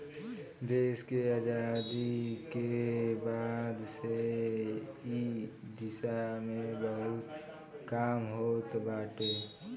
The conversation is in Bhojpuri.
देस के आजादी के बाद से इ दिशा में बहुते काम होत बाटे